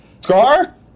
Scar